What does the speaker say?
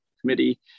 committee